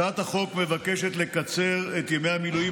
הצעת החוק מבקשת לקצר את ימי המילואים